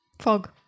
Fog